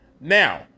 Now